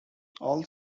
all